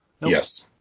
Yes